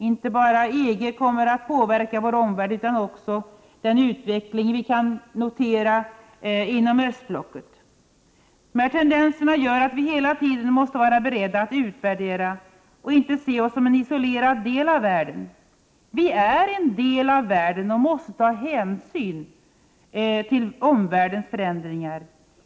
Inte bara EG kommer att påverka vår omvärld, utan också den utveckling vi kan notera inom östblocket. Dessa tendenser gör att vi hela tiden måste vara beredda att utvärdera och inte se oss som en isolerad del av världen. Vi är en del av världen och måste ta hänsyn till omvärldens förändringar.